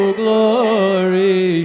glory